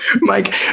Mike